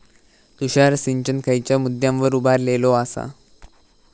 तुषार सिंचन खयच्या मुद्द्यांवर उभारलेलो आसा?